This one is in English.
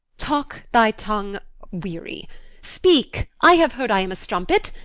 talk thy tongue weary speak. i have heard i am a strumpet,